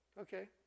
Okay